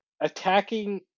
attacking